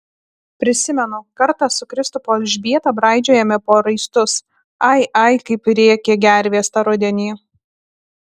prisimenu kartą su kristupo elžbieta braidžiojome po raistus ai ai kaip rėkė gervės tą rudenį